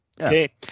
okay